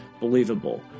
believable